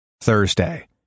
Thursday